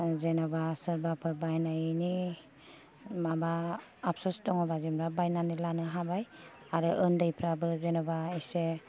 जेन'बा सोरबाफोर बायनायनि माबा आपसस दङ बा जेन'बा बायनानै लानो हाबाय आरो उन्दै फ्राबो जेन'बा एसे